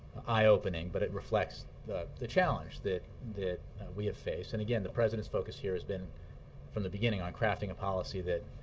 eye opening. but it reflects the challenge that we have faced. and, again, the president's focus here has been from the beginning on crafting a policy that